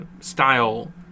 style